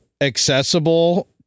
accessible